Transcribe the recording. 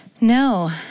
No